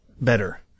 better